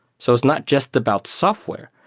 so it's not just about software.